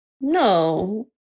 No